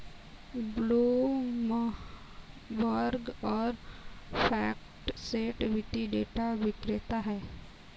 Bloomberg और FactSet वित्तीय data विक्रेता हैं